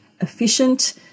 efficient